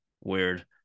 Weird